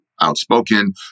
outspoken